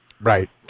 Right